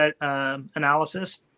analysis